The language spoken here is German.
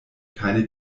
keine